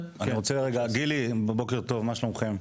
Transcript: גילי בוקר טוב, מה שלומכם?